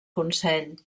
consell